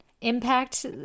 impact